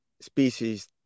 species